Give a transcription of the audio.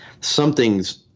something's